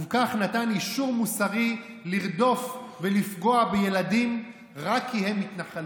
ובכך נתן אישור מוסרי לרדוף ולפגוע בילדים רק כי הם מתנחלים.